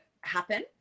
happen